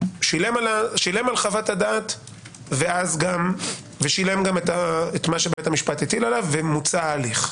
שילם על חוות הדעת ושילם גם את מה שבית המשפט הטיל עליו ומוצה ההליך.